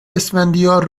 اسفندیار